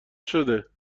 شده